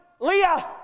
Leah